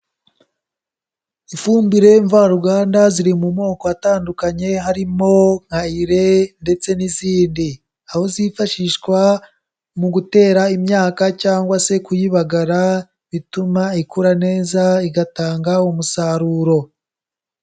Ifumbire mvaruganda ziri mu moko atandukanye harimo nka urea ndetse n'izindi, aho zifashishwa mu gutera imyaka cyangwa se kuyibagara bituma ikora neza igatanga umusaruro.